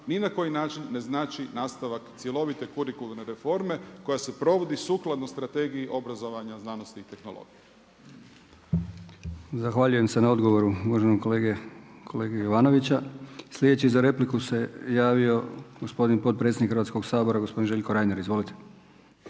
ni na koji način ne znači nastavak cjelovite kurikularne reforme koja se provodi sukladno Strategiji obrazovanja, znanosti i tehnologije. **Brkić, Milijan (HDZ)** Zahvaljujem se na odgovoru uvaženom kolegi Jovanoviću. Sljedeći za repliku se javio gospodin potpredsjednik Hrvatskog sabora gospodin Željko Reiner. Izvolite.